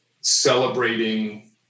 celebrating